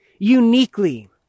Uniquely